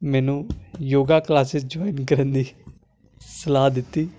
ਮੈਨੂੰ yoga classes join ਕਰਨ ਦੀ ਸਲਾਹ ਦਿੱਤੀ